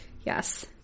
yes